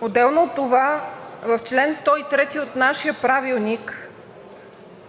Отделно от това в чл. 103 от нашия Правилник,